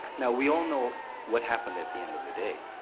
now, we all know what happened at the end of the day.